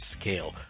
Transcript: scale